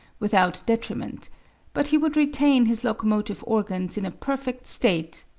without detriment but he would retain his locomotive organs in a perfect state,